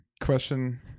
question